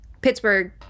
Pittsburgh